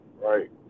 Right